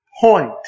point